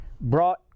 brought